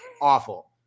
awful